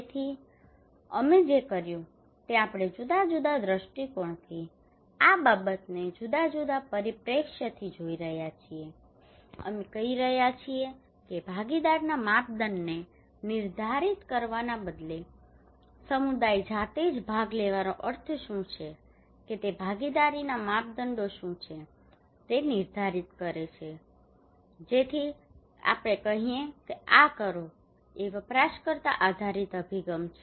તેથી અમે જે કર્યું તે આપણે જુદા જુદા દ્રષ્ટિકોણથી આ બાબતને જુદા જુદા પરિપ્રેક્ષ્યથી જોઈ રહ્યા છીએ અમે કહી રહ્યા છીએ કે ભાગીદારીના માપદંડને નિર્ધારિત કરવાને બદલે સમુદાય જાતે જ ભાગ લેવાનો અર્થ શું છે તે ભાગીદારીના માપદંડો શું છે તે નિર્ધારિત કરે છે જેથી આપણે કહીએ કે આ કરો એ વપરાશકર્તા આધારિત અભિગમ છે